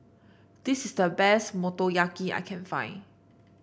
this is the best Motoyaki I can find